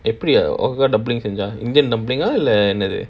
எப்படி உன் அக்கா செஞ்சாங்க:eppdi un akka senjaanga indian dumpling இல்ல என்னது:illa ennathu